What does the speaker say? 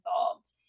involved